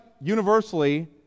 universally